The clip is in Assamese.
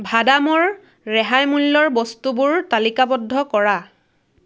ভাদামৰ ৰেহাই মূল্যৰ বস্তুবোৰ তালিকাবদ্ধ কৰা